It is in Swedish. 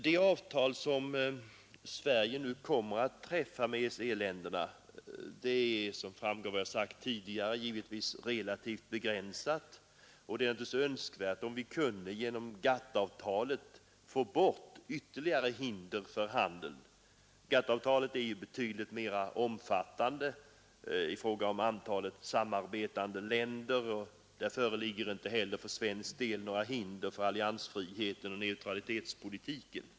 Det avtal som Sverige nu kommer att träffa med EEC-länderna är, såsom framgår av vad jag sagt tidigare, relativt begränsat, och det är naturligtvis önskvärt att vi genom GATT-avtalet kan få bort ytterligare hinder för handeln. GATT-avtalet är ju betydligt mera omfattande i fråga om antalet samarbetande länder, och där föreligger inte heller för svensk del några hinder för alliansfriheten och neutralitetspolitiken.